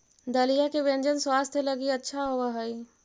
दलिया के व्यंजन स्वास्थ्य लगी अच्छा होवऽ हई